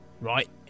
right